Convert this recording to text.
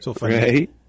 Right